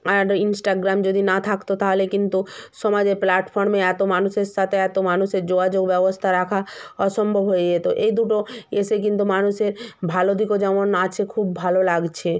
আর Instagram যদি না থাকতো তাহলে কিন্তু সমাজে প্ল্যাটফর্মে এতো মানুষের সাথে এতো মানুষের যোগাযোগ ব্যবস্থা রাখা অসম্ভব হয়ে যেতো এই দুটো এসে কিন্তু মানুষের ভালোর দিকও যেমন আছে খুব ভালো লাগছে